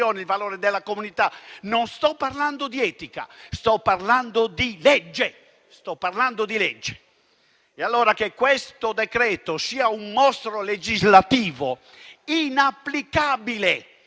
Non sto parlando di etica; sto parlando di legge. E allora, che questo decreto sia un mostro legislativo inapplicabile